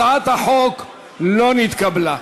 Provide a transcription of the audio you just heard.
הצעת החוק לא נתקבלה.